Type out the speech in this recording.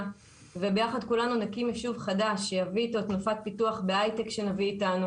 וביחד כולנו נקים יישוב חדש שיביא איתו תנופת פיתוח בהייטק שנביא איתנו